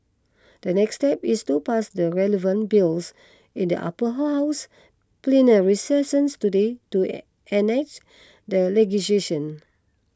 the next step is to pass the relevant bills in the Upper House plenary session today to enact the legislation